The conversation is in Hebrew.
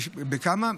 בכמה: